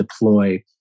deploy